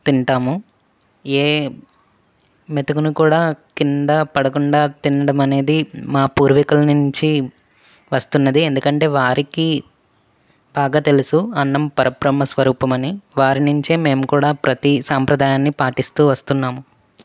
తింటాము ఏ మెతుకుని కూడా క్రింద పడకుండా తినడం అనేది మా పూర్వీకుల నుంచి వస్తున్నది ఎందుకంటే వారికి బాగా తెలుసు అన్నం పరబ్రహ్మస్వరూపమని వారి నుంచే మేము కూడా ప్రతీ సాంప్రదాయాన్ని పాటిస్తూ వస్తున్నాము